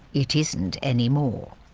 it isn't anymore.